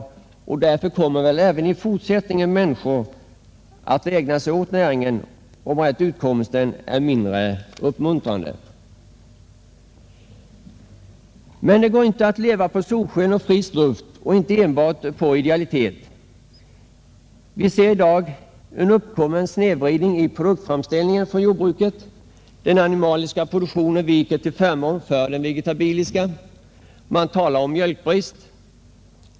Av denna anledning kommer väl människor även i fortsättningen att ägna sig åt denna näring, även om utkomstmöjligheterna ter sig mindre uppmuntrande. Men det går inte att leva på solsken och frisk luft, och det går inte att leva enbart på idealitet. Vi ser i dag en snedvridning i produktframställningen inom jordbruket. Den animaliska produktionen viker till förmån för den vegetabiliska. Det talas om mjölkbrist.